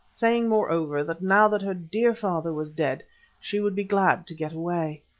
saying, moreover, that now that her dear father was dead she would be glad to get away.